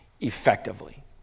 effectively